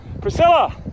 Priscilla